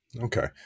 Okay